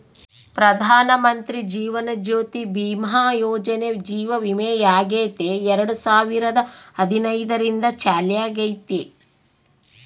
ಪ್ರಧಾನಮಂತ್ರಿ ಜೀವನ ಜ್ಯೋತಿ ಭೀಮಾ ಯೋಜನೆ ಜೀವ ವಿಮೆಯಾಗೆತೆ ಎರಡು ಸಾವಿರದ ಹದಿನೈದರಿಂದ ಚಾಲ್ತ್ಯಾಗೈತೆ